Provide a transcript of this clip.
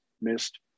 missed